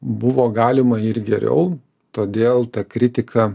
buvo galima ir geriau todėl ta kritika